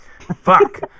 Fuck